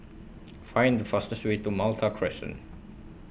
Find The fastest Way to Malta Crescent